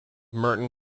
merton